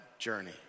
journey